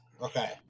Okay